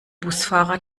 busfahrer